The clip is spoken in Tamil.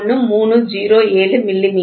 91307 மி